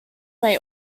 may